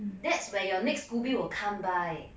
that's when your next scoby will come by